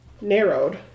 narrowed